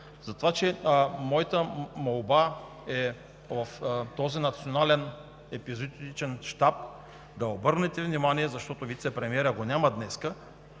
Затова моята молба е в този национален епизоотичен щаб да обърнете внимание на това, защото вицепремиерът го няма днес,